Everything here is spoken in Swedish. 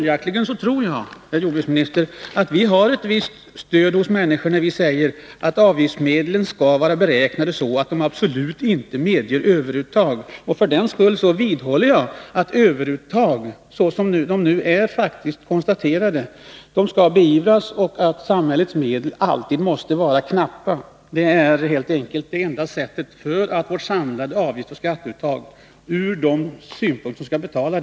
Jag tror, herr jordbruksminister, att vi har ett visst stöd bland människorna när de säger att uttaget av avgifter skall vara beräknat så, att det absolut inte blir fråga om överuttag. För den skull vidhåller jag att överuttag, som faktiskt konstaterats, skall beivras. Samhällets medel måste alltid vara knappa. Det är helt enkelt endast då vårt samlade avgiftsoch skatteuttag blir acceptabelt för dem som skall betala.